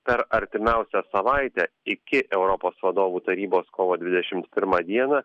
per artimiausią savaitę iki europos vadovų tarybos kovo dvidešim pirmą dieną